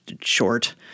short